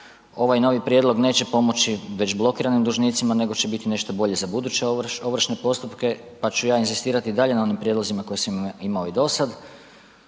ovaj novi prijedlog neće pomoći već blokiranim dužnicima nego će biti nešto bolje za buduće ovršne postupke pa ću ja inzistirati i dalje na onim prijedlozima koje sam imao i do sada.